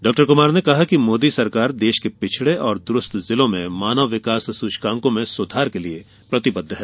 doctor Kumar ने कहा कि मोदी सरकार देश के पिछड़े और दुरस्त जिलों में मानव विकास सूचकांको में सुधार के लिए प्रतिबद्ध है